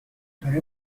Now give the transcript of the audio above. داره